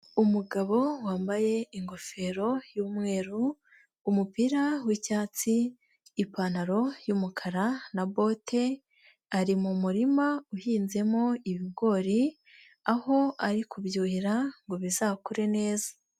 Umugabo wambaye ingofero y'umweru, umupira w'icyatsi ipantaro y'umukara na bote, ari mu murima uhinzemo ibigori, aho ari kubyuhira ngo bizakure neza.